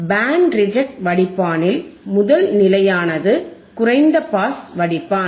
pant reject வடிப்பானில் முதல் நிலையானது குறைந்த பாஸ் வடிப்பான்